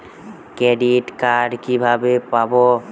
Credit card কিভাবে পাব?